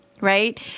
right